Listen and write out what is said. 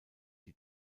die